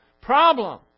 problem